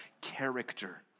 character